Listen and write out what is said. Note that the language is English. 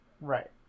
right